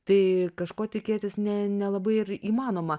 tai kažko tikėtis ne nelabai ir įmanoma